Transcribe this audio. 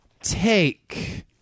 take